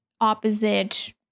opposite